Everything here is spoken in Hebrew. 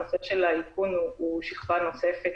נושא האיכון הוא שכבה נוספת